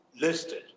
listed